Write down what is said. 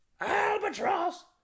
Albatross